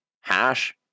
hash